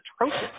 atrocious